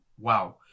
wow